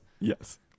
Yes